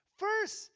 First